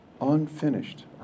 unfinished